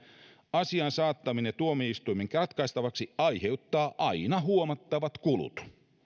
asian saattaminen tuomioistuimen ratkaistavaksi aiheuttaa aina huomattavat kulut